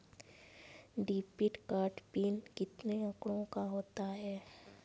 Debit card PIN कितने अंकों का होता है?